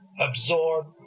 absorb